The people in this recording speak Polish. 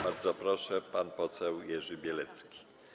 Bardzo proszę, pan poseł Jerzy Bielecki.